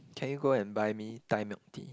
can you go and buy me Thai milk tea